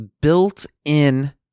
built-in